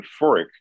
euphoric